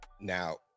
Now